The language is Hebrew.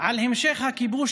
על המשך הכיבוש,